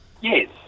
Yes